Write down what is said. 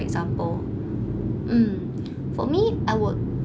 example um for me I would